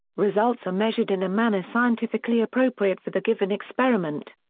results are measured in a manner scientifically appropriate for the given experiment.